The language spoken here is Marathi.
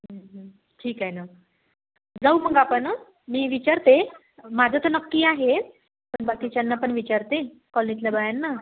ठीक आहे नं जाऊ मग आपण मी विचारते माझं तर नक्की आहेच पण बाकीच्यांना पण विचारते कॉलनीतल्या बायांना